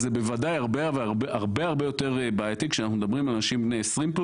אבל זה בוודאי הרבה יותר בעייתי כאשר אנחנו מדברים על אנשים בני 20+,